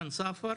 חג שמח,